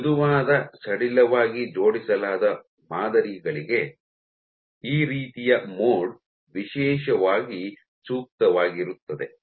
ಮೃದುವಾದ ಸಡಿಲವಾಗಿ ಜೋಡಿಸಲಾದ ಮಾದರಿಗಳಿಗೆ ಈ ರೀತಿಯ ಮೋಡ್ ವಿಶೇಷವಾಗಿ ಸೂಕ್ತವಾಗಿರುತ್ತದೆ